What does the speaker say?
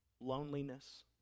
loneliness